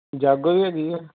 ਜਾਗੋ ਵੀ ਹੈਗੀ ਆ